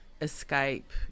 escape